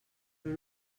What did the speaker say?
però